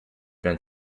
been